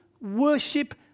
worship